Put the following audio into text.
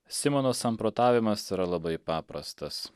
simono samprotavimas yra labai paprastas